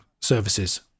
services